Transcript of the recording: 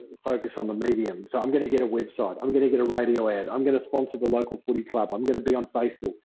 focus on the medium. so, i'm gonna get a website, i'm gonna get a radio ad, i'm going to sponsor the local footy club, i'm going to be on facebook.